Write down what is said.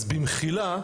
אז במחילה,